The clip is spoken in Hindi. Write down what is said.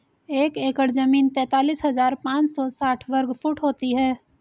एक एकड़ जमीन तैंतालीस हजार पांच सौ साठ वर्ग फुट होती है